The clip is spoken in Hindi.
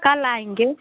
कल आएँगे